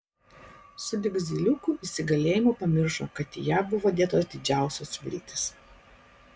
sulig zyliukų įsigalėjimu pamiršo kad į ją buvo dėtos didžiausios viltys